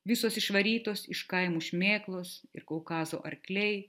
visos išvarytos iš kaimų šmėklos ir kaukazo arkliai